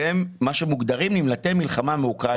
והם מה שמוגדרים "נמלטי המלחמה מאוקראינה".